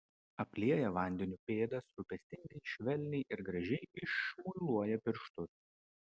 aplieja vandeniu pėdas rūpestingai švelniai ir gražiai išmuiluoja pirštus